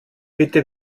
bitte